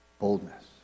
boldness